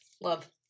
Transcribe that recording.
Love